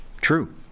true